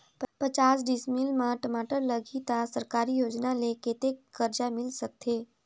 पचास डिसमिल मा टमाटर लगही त सरकारी योजना ले कतेक कर्जा मिल सकथे?